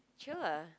sure